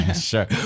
Sure